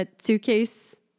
suitcase